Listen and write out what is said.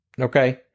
okay